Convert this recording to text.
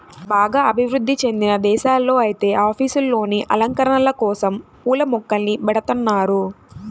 బాగా అభివృధ్ధి చెందిన దేశాల్లో ఐతే ఆఫీసుల్లోనే అలంకరణల కోసరం పూల మొక్కల్ని బెడతన్నారు